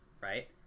right